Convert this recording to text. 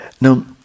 Now